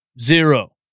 Zero